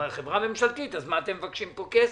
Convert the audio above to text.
אתם חברה ממשלתית, אז מה אתם מבקשים פה כסף?